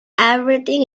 everything